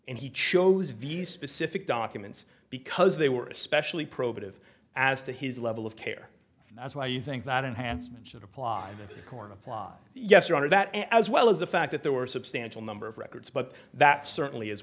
and he chose viz specific documents because they were especially probative as to his level of care and that's why you think that enhancement should apply corn apply yes your honor that as well as the fact that there were a substantial number of records but that certainly as